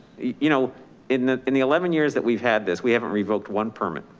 you know in the in the eleven years that we've had this, we haven't revoked one permit,